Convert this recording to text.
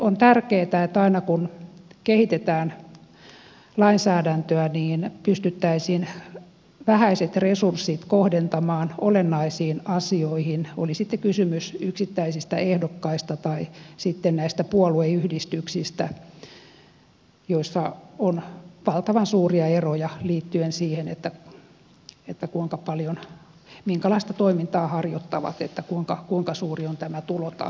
on tärkeätä että aina kun kehitetään lainsäädäntöä pystyttäisiin vähäiset resurssit kohdentamaan olennaisiin asioihin oli sitten kysymys yksittäisistä ehdokkaista tai sitten näistä puolueyhdistyksistä joissa on valtavan suuria eroja liittyen siihen minkälaista toimintaa ne harjoittavat kuinka suuri on tämä tulotaso